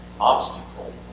obstacle